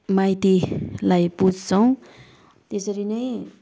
माइतीलाई पुज्छौँ त्यसरी नै